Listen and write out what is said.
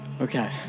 Okay